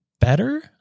better